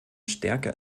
stärker